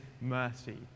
mercy